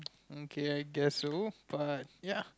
mm kay I guess so but ya